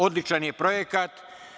Odličan je projekat.